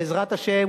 בעזרת השם,